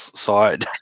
side